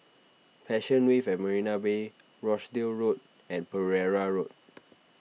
Passion Wave at Marina Bay Rochdale Road and Pereira Road